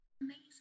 Amazing